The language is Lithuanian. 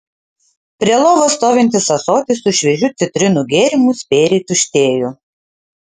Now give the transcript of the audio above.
prie lovos stovintis ąsotis su šviežiu citrinų gėrimu spėriai tuštėjo